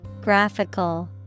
Graphical